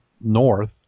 north